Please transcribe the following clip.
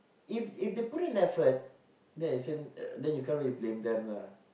if if they put in effort you cant blame them